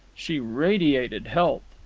she radiated health.